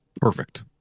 Perfect